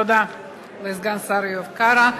תודה לסגן השר איוב קרא,